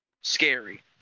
scary